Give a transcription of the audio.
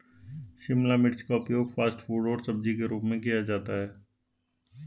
शिमला मिर्च का उपयोग फ़ास्ट फ़ूड और सब्जी के रूप में किया जाता है